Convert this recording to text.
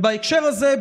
ובהקשר הזה,